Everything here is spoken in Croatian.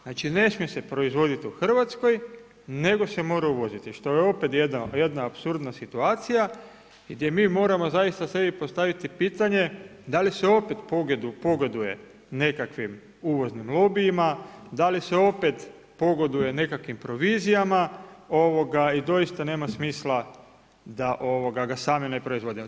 Znači, ne smije se proizvoditi u RH, nego se mora uvoziti što je opet jedna apsurdna situacija gdje mi moramo zaista sebi postaviti pitanje da li se opet pogoduje nekakvim uvoznim lobijima, da li se opet pogoduje nekakvim provizijama i doista nema smisla da ga sami ne proizvodimo.